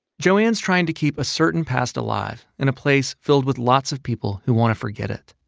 joanne's trying to keep a certain past alive in a place filled with lots of people who want to forget it.